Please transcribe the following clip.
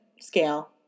scale